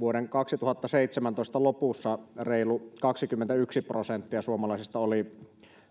vuoden kaksituhattaseitsemäntoista lopussa reilu kaksikymmentäyksi prosenttia suomalaisista oli